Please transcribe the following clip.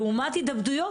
לעומת התאבדויות,